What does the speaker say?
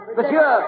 Monsieur